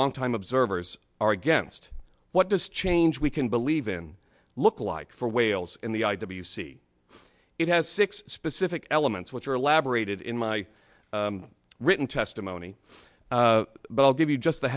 longtime observers are against what this change we can believe in look like for whales in the i w c it has six specific elements which are elaborated in my written testimony but i'll give you just the